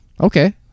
Okay